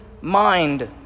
mind